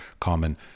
common